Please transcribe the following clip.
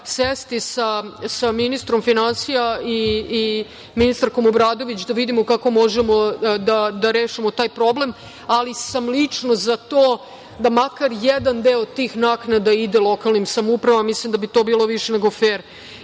sa ministrom finansija i ministarkom Obradović, da vidimo kako možemo da rešimo taj problem, ali sam lično za to da, makar, jedan deo tih naknada ide lokalnim samoupravama, mislim da bi to bilo više nego fer. Što